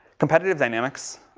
competitive dynamics,